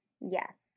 Yes